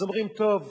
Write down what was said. אז אומרים: טוב.